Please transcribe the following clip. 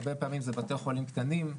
הרבה פעמים אלו בתי חולים קטנים.